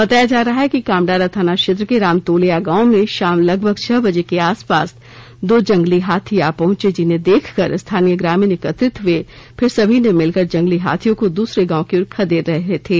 बताया जा रहा है कि कामडारा थाना क्षेत्र के रामतोलया गांव में शाम लगभग छः बर्जे के आसपास दो जंगली हाथी आ पहंचे जिन्हें देख कर स्थानीय ग्रामीण एकत्रित हए फिर सभी ने मिलकर जंगली हाथियों को दूसरे गांव की ओर खदेड़ रहे थे